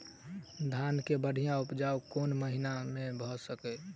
धान केँ बढ़िया उपजाउ कोण महीना मे भऽ सकैय?